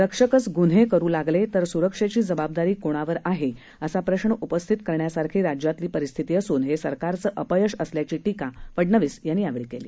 रक्षकच गुन्हे करू लागले तर सुरक्षेची जबाबदारी कोणावर आहे असा प्रश्न उपस्थित करण्यासारखी राज्यातली परिस्थिती असून हे सरकारचं अपयश असल्याची टीका त्यांनी केली